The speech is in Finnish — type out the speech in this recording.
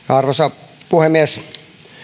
arvoisa puhemies